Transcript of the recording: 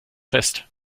fest